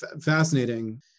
fascinating